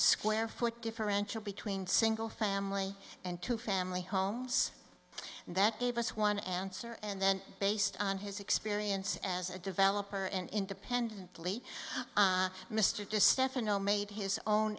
square foot differential between single family and two family homes that gave us one answer and then based on his experience as a developer and independently mr just stefano made his own